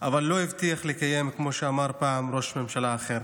אבל לא הבטיח לקיים, כמו שאמר פעם ראש ממשלה אחר.